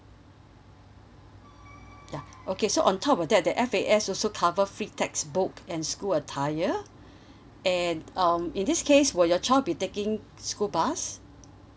ya okay so on top of that the F_A_S also cover free textbook and school attire and um in this case were your child be taking school bus